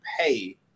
pay